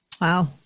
Wow